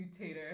mutator